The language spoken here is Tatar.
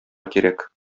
кирәк